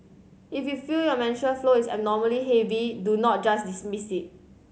if you feel your menstrual flow is abnormally heavy do not just dismiss it